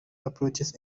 approaches